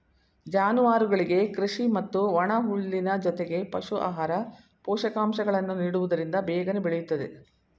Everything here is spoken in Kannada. ಜಾನುವಾರುಗಳಿಗೆ ಕೃಷಿ ಮತ್ತು ಒಣಹುಲ್ಲಿನ ಜೊತೆಗೆ ಪಶು ಆಹಾರ, ಪೋಷಕಾಂಶಗಳನ್ನು ನೀಡುವುದರಿಂದ ಬೇಗನೆ ಬೆಳೆಯುತ್ತದೆ